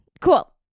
cool